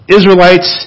Israelites